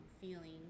feeling